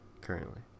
currently